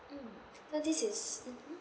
mm so this is mmhmm